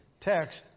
text